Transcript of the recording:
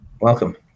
Welcome